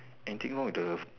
anything wrong with the